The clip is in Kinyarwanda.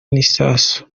n’isasu